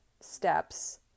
steps